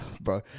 bro